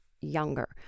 younger